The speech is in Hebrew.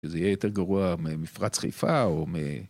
זה יהיה יותר גרוע ממפרץ חיפה או מ...